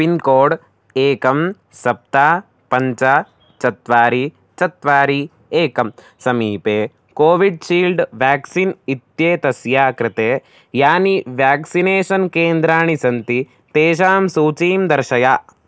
pincode एकं सप्त पञ्च चत्वारि चत्वारि एकं समीपे कोविड्शील्ड् व्याक्सीन् इत्येतस्य कृते यानि व्याक्सिनेषन् केन्द्राणि सन्ति तेषां सूचीं दर्शय